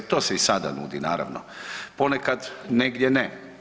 To se i sada nudi naravno, ponekad negdje ne.